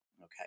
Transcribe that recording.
okay